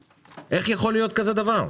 איך יכול להיות כזה דבר?